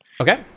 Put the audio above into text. Okay